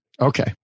Okay